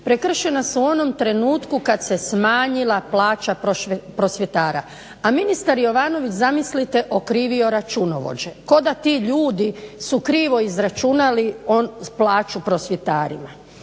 Prekršena su u onom trenutku kad se smanjila plaća prosvjetara, a ministar Jovanović okrivio računovođe. Zamislite, kao da su ti ljudi krivo izračunali plaću prosvjetarima.